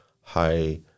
high